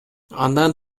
андан